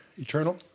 eternal